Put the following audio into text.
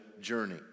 journey